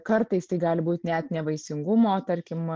kartais tai gali būt net nevaisingumo tarkim